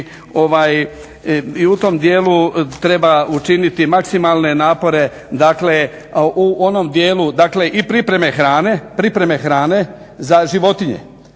i u tom dijelu treba učiniti maksimalne napore, dakle u onom dijelu i pripreme hrane, pripreme